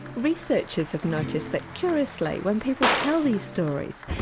researchers have noticed that curiously, when people tell these stories,